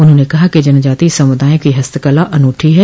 उन्होंने कहा कि जनजातीय समुदायों की हस्तकला अनूठी है